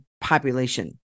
population